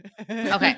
Okay